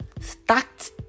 start